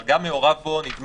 אבל נדמה לי שגם "מעורב בו"